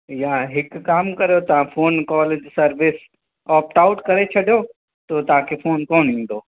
या हिकु कमु करियो तव्हां फ़ोन कॉल जी सर्विस ऑप्ट आउट करे छॾियो तो तव्हांखे फ़ोन कोन ईंदो